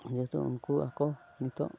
ᱡᱮᱦᱮᱛᱩ ᱩᱱᱠᱩ ᱟᱠᱚ ᱱᱤᱛᱚᱜ